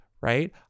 right